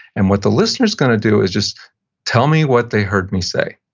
and what the listener's going to do is just tell me what they heard me say.